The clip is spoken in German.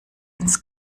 ins